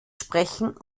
sprechen